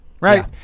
Right